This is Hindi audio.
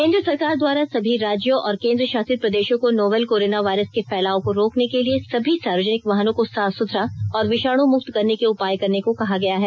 केंद्र सरकार द्वारा सभी राज्यों और केंद्र शासित प्रदेशों को नोवल कोरोना वायरस के फैलाव को रोकने के लिए सभी सार्वजनिक वाहनों को साफ सुथरा और विषाणु मुक्त करने के उपाय करने को कहा गया है